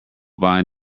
bind